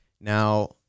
now